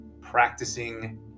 practicing